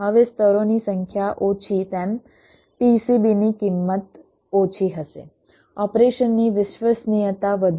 હવે સ્તરોની સંખ્યા ઓછી તેમ PCBની કિંમત ઓછી હશે ઓપરેશન ની વિશ્વસનીયતા વધુ હશે